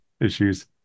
issues